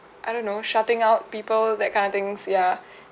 I don't know shutting out people that kind of things ya